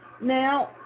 Now